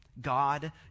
God